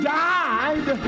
died